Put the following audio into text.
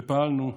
ופעלנו,